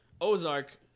Ozark